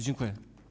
Dziękuję.